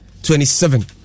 Twenty-seven